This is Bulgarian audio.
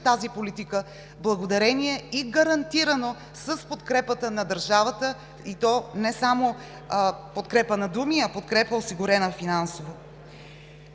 тази политика благодарение и гарантирано с подкрепата на държавата, и то не само подкрепа на думи, а подкрепа осигурена финансово.